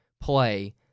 play